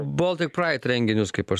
boltik praid renginius kaip aš